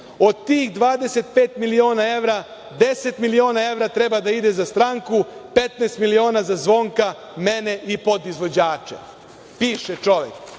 Od tih 25 miliona evra, 10 miliona evra treba da ide za stranku, 15 miliona za Zvonka, mene i podizvođače.“ Piše